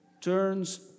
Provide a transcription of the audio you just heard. turns